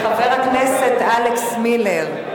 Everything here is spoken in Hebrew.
חבר הכנסת אלכס מילר,